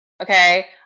Okay